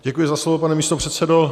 Děkuji za slovo, pane místopředsedo.